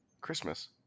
Christmas